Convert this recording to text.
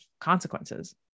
consequences